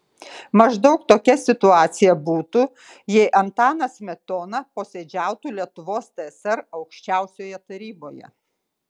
maždaug tokia situacija būtų jei antanas smetona posėdžiautų lietuvos tsr aukščiausioje taryboje